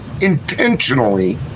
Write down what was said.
Intentionally